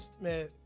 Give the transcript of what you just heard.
man